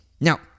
Now